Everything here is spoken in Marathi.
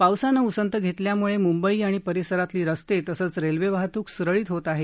पावसानं उसंत घेतल्यामुळे मुंबई आणि परिसरातली रस्ते तसंच रेल्वे वाहतूक सुरळीत होत आहे